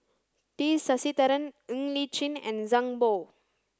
T Sasitharan Ng Li Chin and Zhang Bohe